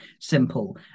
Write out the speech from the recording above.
simple